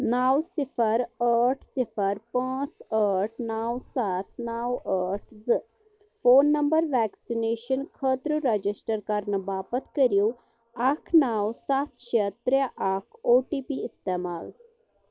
نَو صِفر ٲٹھ صِفر پانٛژھ ٲٹھ نَو سَتھ نَو ٲٹھ زٕ فون نمبر وٮ۪کسِنیشن خٲطرٕ رٮ۪جِسٹر کرنہٕ باپتھ کٔرِو اَکھ نَو سَتھ شےٚ ترٛےٚ اَکھ او ٹی پی استعمال